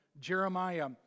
Jeremiah